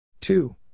two